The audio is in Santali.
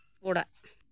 ᱚᱲᱟᱜ